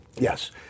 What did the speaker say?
Yes